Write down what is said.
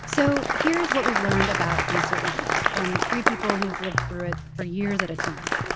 so here's what we've learned about uncertainty from three people who've lived through it for years at a time.